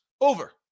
over